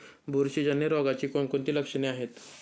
बुरशीजन्य रोगाची कोणकोणती लक्षणे आहेत?